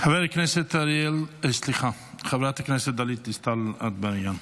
חברת הכנסת גלית דיסטל אטבריאן.